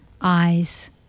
eyes